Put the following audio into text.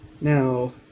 Now